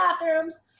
bathrooms